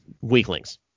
weaklings